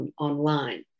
online